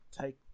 Take